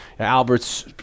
Albert's